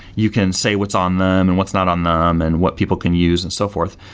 you can say what's on them and what's not on them and what people can use and so forth.